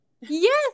Yes